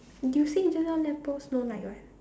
you say just now lamp post no light right